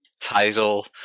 title